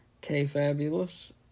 K-Fabulous